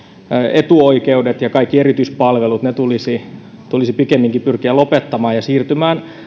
etuoikeudet ja kaikki erityispalvelut tulisi tulisi pikemminkin pyrkiä lopettamaan ja siirtymään